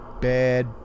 bad